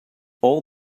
all